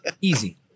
Easy